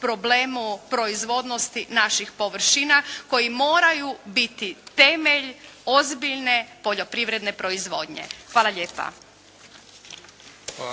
problemu proizvodnosti naših površina koji moraju biti temelj ozbiljne poljoprivredne proizvodnje. Hvala lijepa.